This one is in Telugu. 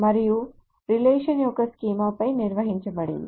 మరియు రిలేషన్ ఒక స్కీమాపై నిర్వచించబడింది